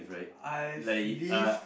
I've lived